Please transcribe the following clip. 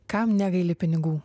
kam negaili pinigų